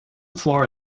floor